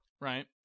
Right